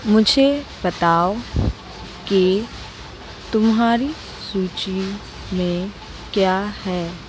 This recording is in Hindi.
मुझे बताओ कि तुम्हारी सूची में क्या है